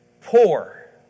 poor